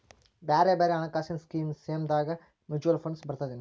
ಬ್ಯಾರೆ ಬ್ಯಾರೆ ಹಣ್ಕಾಸಿನ್ ಸೇವಾದಾಗ ಮ್ಯುಚುವಲ್ ಫಂಡ್ಸ್ ಬರ್ತದೇನು?